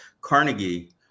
Carnegie